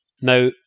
Now